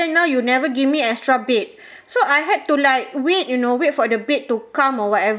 now you never give me extra bed so I had to like wait you know wait for the bed to come or whatever